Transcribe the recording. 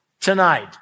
tonight